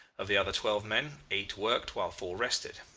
of the other twelve men, eight worked while four rested.